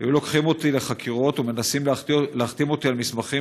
היו לוקחים אותי לחקירות ומנסים להחתים אותי על מסמכים